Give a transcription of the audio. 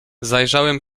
zajrzałem